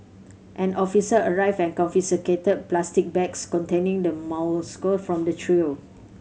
an officer arrived and confiscated plastic bags containing the molluscs from the trio